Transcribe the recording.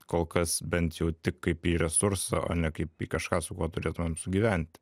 kol kas bent jau tik kaip į resursą o ne kaip į kažką su kuo turėtumėm sugyventi